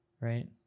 right